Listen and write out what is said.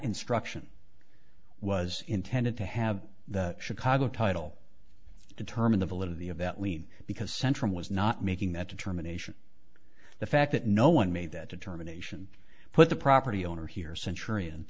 instruction was intended to have the chicago title to determine the validity of that lien because centrum was not making that determination the fact that no one made that determination put the property owner here century and